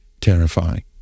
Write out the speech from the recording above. terrifying